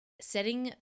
setting